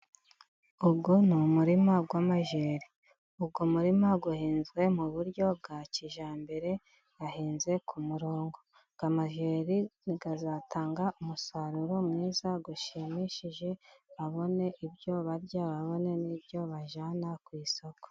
Uwo ni umurima w'amajeri uwo murima uhinzwe mu buryo bwa kijyambere, ahinze ku murongo amajeri azatanga umusaruro mwiza ushimishije, babone ibyo barya babone n'ibyo bajyana ku isoko.